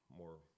more